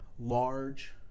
large